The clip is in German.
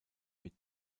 mit